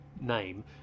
name